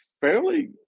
fairly